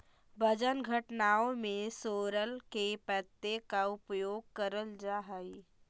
वजन घटाने में सोरल के पत्ते का उपयोग करल जा हई?